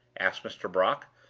asked mr. brock,